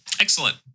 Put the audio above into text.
Excellent